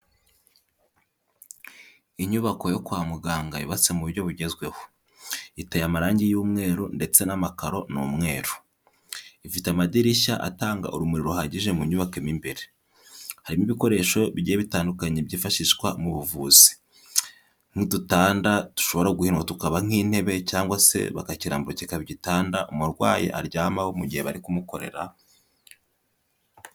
Inyubako yo kwa muganga yubatse mu buryo bugezweho. Iteye amarangi y'umweru ndetse n'amakaro ni umweru. Ifite amadirishya atanga urumuri ruhagije mu nyubako mo imbere. Harimo ibikoresho bigiye bitandukanye byifashishwa mu buvuzi n'udutanda dushobora guhinwa tukaba nk'intebe cyangwa se bakakirambura kikaba igitanda umurwayi aryamaho mu gihe bari kumukorera